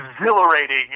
exhilarating